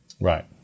Right